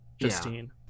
justine